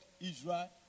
Israel